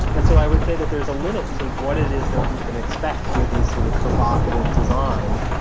and so i would say that there is a limit to what it is that we can expect through these sort of provocative designs.